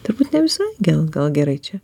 turbūt ne visą gel gal gerai čia